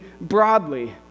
broadly